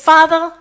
Father